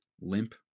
limp